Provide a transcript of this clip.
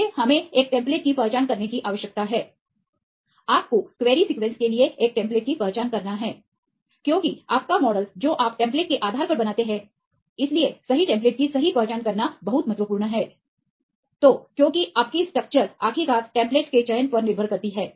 पहले एक हमें एक टेम्पलेट की पहचान करने की आवश्यकता है आपका क्वेरी सीक्वेंस के लिए एक टेम्प्लेट की पहचान करना है क्योंकि आपका मॉडल जो आप टेम्प्लेट के आधार पर बनाते हैं इसलिए सही टेम्पलेट की सही पहचान करना बहुत महत्वपूर्ण है तो क्योंकि आपकी स्ट्रक्चर आखिरकार टेम्पलेट्स के चयन पर निर्भर करती है